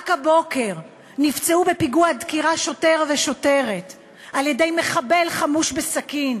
רק הבוקר נפצעו בפיגוע דקירה שוטר ושוטרת על-ידי מחבל חמוש בסכין.